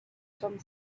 some